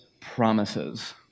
promises